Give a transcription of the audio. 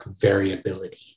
variability